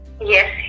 yes